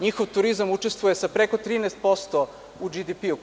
Njihov turizam učestvuje sa preko 13% u BDP.